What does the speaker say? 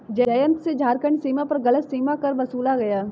जयंत से झारखंड सीमा पर गलत सीमा कर वसूला गया